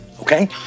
okay